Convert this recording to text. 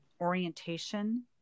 orientation